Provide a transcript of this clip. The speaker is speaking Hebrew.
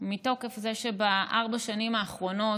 מתוקף זה שבארבע השנים האחרונות,